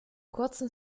kurzen